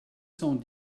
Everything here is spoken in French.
cent